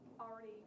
already